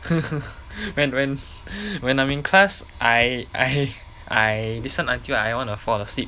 when when when I'm in class I I I listen until I wanna fall asleep